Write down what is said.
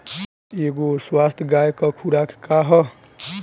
एगो स्वस्थ गाय क खुराक का ह?